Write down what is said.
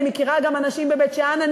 אני מכירה גם אנשים בבית-שאן.